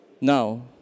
Now